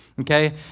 Okay